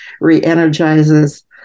re-energizes